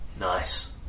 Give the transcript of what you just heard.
Nice